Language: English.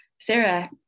Sarah